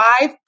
five